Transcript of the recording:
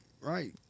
right